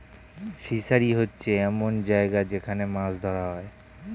fishery হচ্ছে এমন জায়গা যেখান মাছ ধরা হয়